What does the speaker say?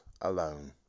alone